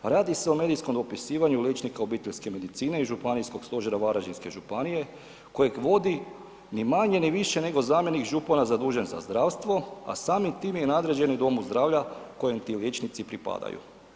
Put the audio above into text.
A radi se o medijskom dopisivanju liječnika obiteljske medicine i županijskog stožera Varaždinske županije kojeg vodi ni manje ni više nego zamjenik župana zadužen za zdravstvo, a samim tim je i nadređeni domu zdravlja kojem ti liječnici pripadaju.